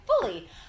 fully